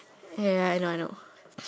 ya ya I know I know